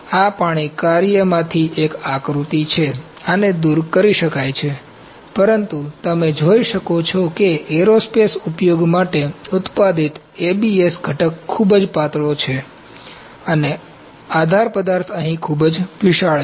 આ પાણી કાર્યમાંથી એક આકૃતિ છે આને દૂર કરી શકાય છે પરંતુ તમે જોઈ શકો છો કે એરોસ્પેસ ઉપયોગ માટે ઉત્પાદિત ABS ઘટક ખૂબ પાતળો છે અને આદર પદાર્થ અહીં ખૂબ જ વિશાળ છે